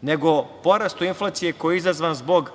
nego porastu inflacije koji je izazvan zbog